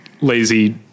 lazy